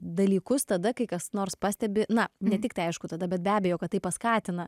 dalykus tada kai kas nors pastebi na ne tiktai aišku tada bet be abejo kad tai paskatina